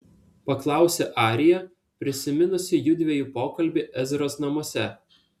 paklausė arija prisiminusi judviejų pokalbį ezros namuose